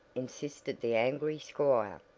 insisted the angry squire.